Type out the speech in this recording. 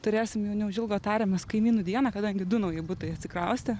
turėsim jau neužilgo tariamės kaimynų dieną kadangi du nauji butai atsikraustė